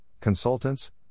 consultants